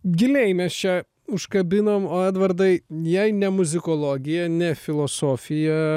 giliai mes čia užkabinom o edvardai jei ne muzikologija ne filosofija